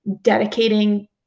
dedicating